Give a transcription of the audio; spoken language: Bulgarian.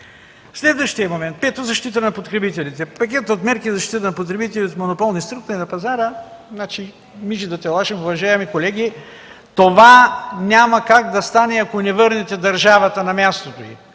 Следващ момент. „Точка пет. Защита на потребителите. Пакет от мерки за защита на потребителите от монополни структури на пазара.” Мижи да те лажем! Уважаеми колеги, това няма как да стане, ако не върнете държавата на мястото й,